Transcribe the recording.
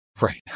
Right